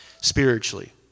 spiritually